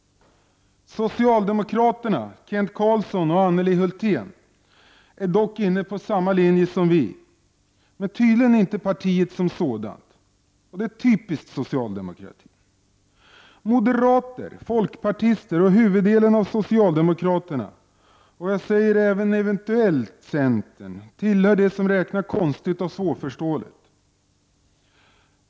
Socialdemokraterna Kent Carlsson och Anneli Hulthén är dock inne på samma linje som vi, men tydligen inte partiet som sådant. Det är typiskt för socialdemokratin. Moderater, folkpartister och merparten av socialdemokraterna — även här gäller det eventuellt också centern — tillhör dem som räknar konstigt och svårförståeligt.